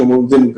זאת אומרת,